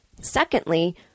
Secondly